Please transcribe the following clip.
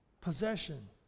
possession